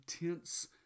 intense